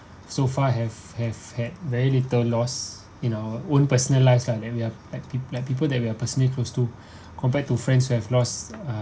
so far have have had very little loss in our own personal lives lah then we are like pe~ like people that we are personally close to compared to friends who have lost uh